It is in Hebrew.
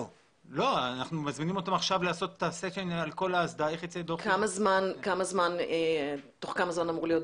אנחנו מבקשים שכשיצא הדוח של RPS תביאו